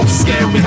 scary